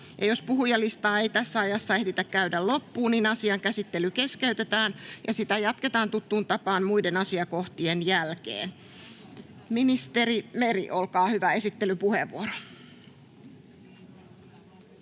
Jos puhujalistaa ei tässä ajassa ehditä käydä loppuun, asian käsittely keskeytetään ja sitä jatketaan tuttuun tapaan muiden asiakohtien jälkeen. — Ministeri Meri, olkaa hyvä, esittelypuheenvuoro.